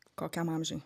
kokiam amžiui